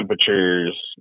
temperatures